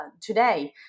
today